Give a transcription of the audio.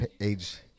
age